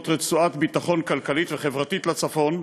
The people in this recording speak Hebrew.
רצועת ביטחון כלכלית וחברתית לצפון,